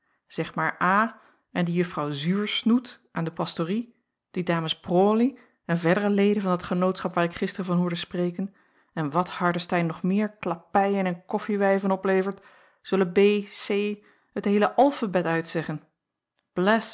zeg maar a en die juffrouw zuursnoet aan de pastorie die dames prawley en verdere leden van dat genootschap waar ik gisteren van hoorde spreken en wat hardestein nog meer klappeien en koffiewijven oplevert zullen b c t heele alfabet uit zeggen